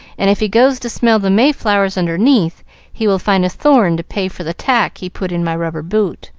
and if he goes to smell the mayflowers underneath he will find a thorn to pay for the tack he put in my rubber boot.